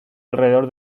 alrededor